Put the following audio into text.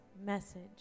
message